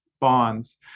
bonds